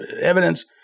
evidence